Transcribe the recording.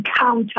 encounter